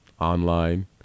online